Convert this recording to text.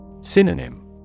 Synonym